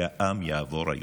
שהעם יעבור היום?